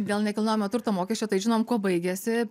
dėl nekilnojamo turto mokesčio tai žinom kuo baigėsi